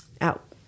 out